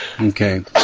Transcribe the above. Okay